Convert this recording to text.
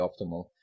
optimal